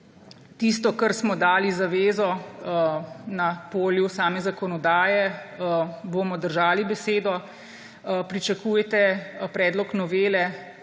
tisto, kar smo dali zavezo na polju same zakonodaje, bomo držali besedo. Pričakujte predlog novele